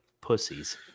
pussies